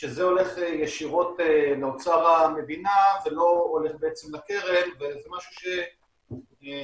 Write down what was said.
שזה הולך ישירות לאוצר המדינה ולא הולך לקרן וזה משהו שחשוב